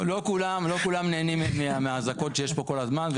לא כולם נהנים מהאזעקות שיש כאן כל הזמן.